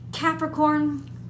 Capricorn